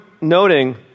noting